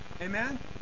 Amen